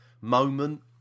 moment